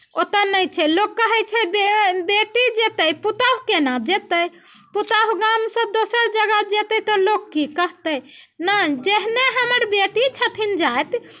ओतय नहि छै लोक कहैत छै बे बेटी जेतै पुतहु केना जेतै पुतहु गामसँ दोसर जगह जेतै तऽ लोक की कहतै नहि जेहने हमर बेटी छथिन जाति